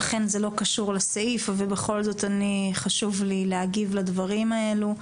אכן זה לא קשור לסעיף ובכל זאת חשוב לי להגיב לדברים האלו.